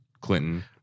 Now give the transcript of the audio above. Clinton